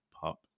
Pop